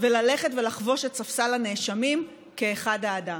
וללכת ולחבוש את ספסל הנאשמים כאחד האדם.